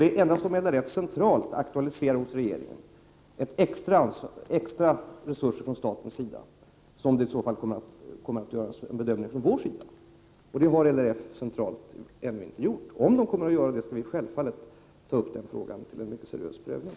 Det är endast om LRF centralt hos regeringen aktualiserar extra resurser från statens sida som det kommer att göras en bedömning från regeringens sida. En sådan framställan har LRF ännu inte gjort. Om LRF gör en framställan kommer vi givetvis att ta upp frågan till en mycket seriös prövning.